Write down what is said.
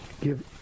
give